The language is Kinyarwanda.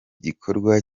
gikorwa